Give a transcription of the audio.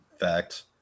Fact